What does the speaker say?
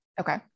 Okay